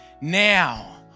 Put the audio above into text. Now